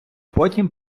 потім